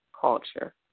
culture